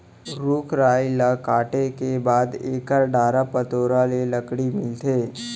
रूख राई ल काटे के बाद एकर डारा पतोरा ले लकड़ी मिलथे